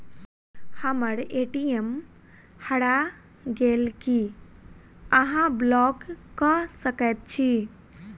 हम्मर ए.टी.एम हरा गेल की अहाँ ब्लॉक कऽ सकैत छी?